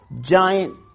giant